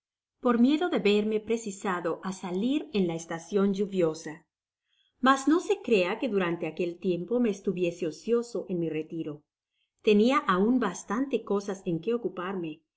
por miedo de verme precisado á salir en la estacion lluviosa mas no se crea que durante aquel tiempo me estuviese ocioso en mi retiro tenia aun bastantes cosas en que ocuparme